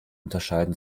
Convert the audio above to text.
unterscheiden